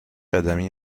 قدمی